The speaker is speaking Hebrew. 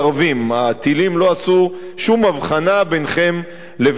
הטילים לא עשו שום הבחנה ביניכם לבינינו.